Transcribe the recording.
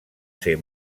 ser